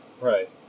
Right